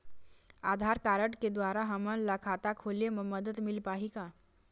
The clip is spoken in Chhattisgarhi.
आधार कारड के द्वारा हमन ला खाता खोले म मदद मिल पाही का?